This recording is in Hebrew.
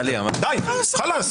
די, חלאס.